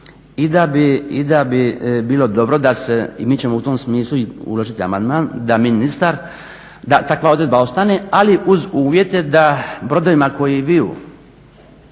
i da bi bilo dobro i mi ćemo u tom smislu uložiti amandman da ministar, da takva odredba ostane ali uz uvjete da brodovima koji viju